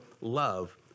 love